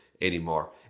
anymore